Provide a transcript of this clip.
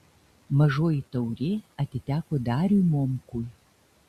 mažoji taurė atiteko dariui momkui